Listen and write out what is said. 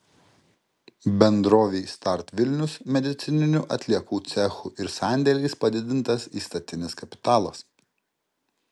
bendrovei start vilnius medicininių atliekų cechu ir sandėliais padidintas įstatinis kapitalas